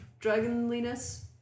dragonliness